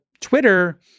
Twitter